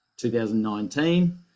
2019